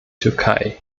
türkei